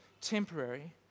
temporary